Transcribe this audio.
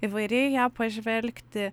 įvairiai į ją pažvelgti